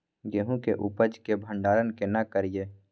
गेहूं के उपज के भंडारन केना करियै?